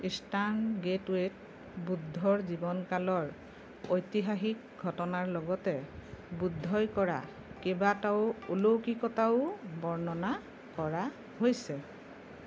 eastern গেটৱেত বুদ্ধৰ জীৱনকালৰ ঐতিহাসিক ঘটনাৰ লগতে বুদ্ধই কৰা কেইবাটাও অলৌকিকতাও বৰ্ণনা কৰা হৈছে